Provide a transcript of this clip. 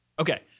Okay